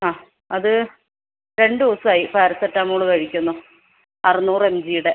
അ അത് രണ്ട് ദിവസമായി പാരസെറ്റാമോള് കഴിക്കുന്നു അറന്നൂറ് എം ജി യുടെ